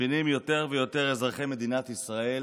מבינים יותר ויותר אזרחי מדינת ישראל